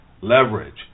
leverage